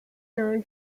loan